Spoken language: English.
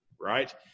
right